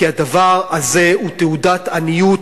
כי הדבר הזה הוא תעודת עניות,